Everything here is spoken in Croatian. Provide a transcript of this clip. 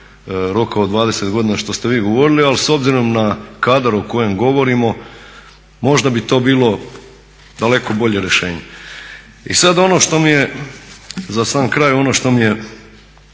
roka od 20 godina što ste vi govorili, ali s obzirom na kadar o kojem govorimo možda bi to bilo daleko bolje rješenje. I sad ono što mi je, za sam kraj ono što mi je